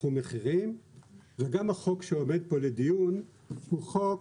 בתחום מחירים וגם החוק שעומד פה לדיון הוא חוק,